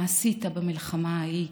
מה עשית במלחמה ההיא?